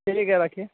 ठीक है रखिए